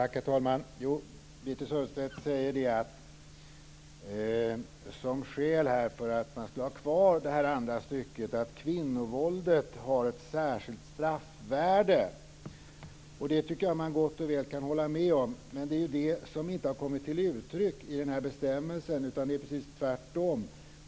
Herr talman! Birthe Sörestedt säger att skälet för att ha kvar andra stycket är att kvinnovåldet har ett särskilt straffvärde. Det tycker jag att man gott och väl kan hålla med om. Men det är ju det som inte har kommit till uttryck i bestämmelsen, utan det står ju precis tvärtom.